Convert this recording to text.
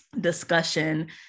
discussion